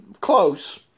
close